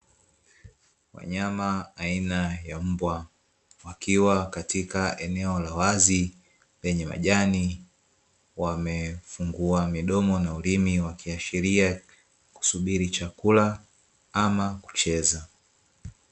Wanyama aina ya Mbwa, wakiwa katika eneo la wazi, penye majani wamefungua midomo na ulimi, wakiashiria kusubiri chakula ama kucheza.